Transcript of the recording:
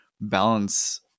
balance